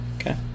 Okay